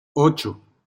ocho